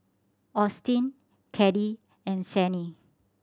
Austyn Caddie and Sannie